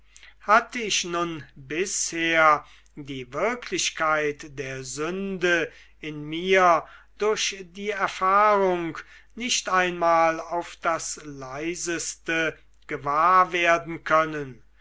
hatte ich nun bisher die wirklichkeit der sünde in mir durch die erfahrung nicht einmal auf das leiseste gewahr werden können